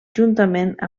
juntament